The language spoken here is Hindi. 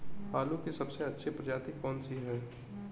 आलू की सबसे अच्छी प्रजाति कौन सी है?